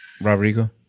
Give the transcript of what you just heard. Rodrigo